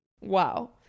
Wow